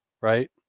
right